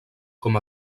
com